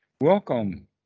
welcome